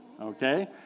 okay